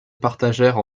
partagèrent